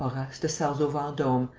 de sarzeau-vendome,